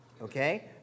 Okay